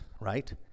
right